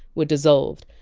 were dissolved,